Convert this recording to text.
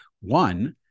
One